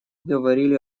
говорили